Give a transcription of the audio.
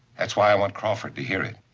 that's why i want crawford to hear it.